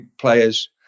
players